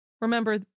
Remember